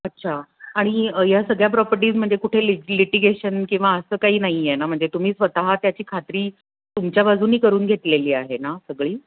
अच्छा आणि या सगळ्या प्रॉपर्टीजमध्ये कुठे लि लिटिगेशन किंवा असं काही नाही आहे ना म्हणजे तुम्ही स्वतः त्याची खात्री तुमच्या बाजूने करून घेतलेली आहे ना सगळी